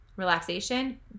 relaxation